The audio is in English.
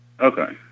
Okay